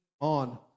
on